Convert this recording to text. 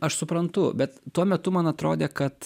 aš suprantu bet tuo metu man atrodė kad